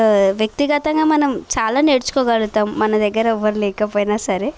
వ్యక్తిగతంగా మనం చాలా నేర్చుకోగలుగుతాం మన దగ్గర ఎవరు లేకపోయినా సరే